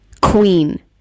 Queen